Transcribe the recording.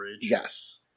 Yes